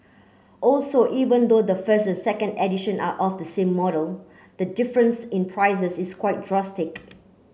also even though the first second edition are of the same model the difference in prices is quite drastic